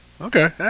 Okay